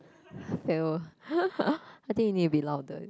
fail I think you need to be louder